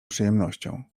przyjemnością